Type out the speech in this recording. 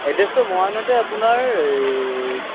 এড্ৰেছটো মৰাণতে আপোনাৰ এই